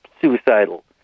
suicidal